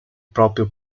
proprio